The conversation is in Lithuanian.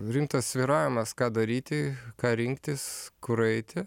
rimtas svyravimas ką daryti ką rinktis kur eiti